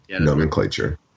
nomenclature